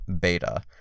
Beta